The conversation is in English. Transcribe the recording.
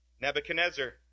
Nebuchadnezzar